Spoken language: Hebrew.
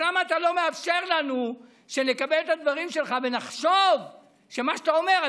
אז למה אתה לא מאפשר לנו שנקבל את הדברים שלך ונחשוב שמה שאתה אומר,